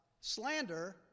Slander